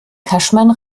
cashman